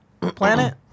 planet